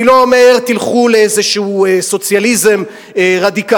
אני לא אומר תלכו לאיזה סוציאליזם רדיקלי.